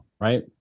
right